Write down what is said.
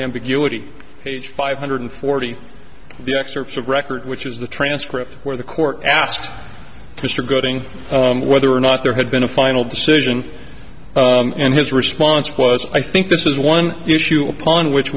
ambiguity page five hundred forty the excerpts of record which is the transcript where the court asked mr voting whether or not there had been a final decision and his response was i think this is one issue upon which